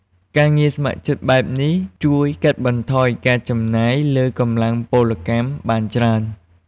ការងារស្ម័គ្រចិត្តបែបនេះ ជួយកាត់បន្ថយការចំណាយលើកម្លាំងពលកម្មបានច្រើន។